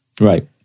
Right